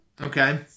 Okay